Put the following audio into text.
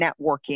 networking